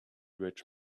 rich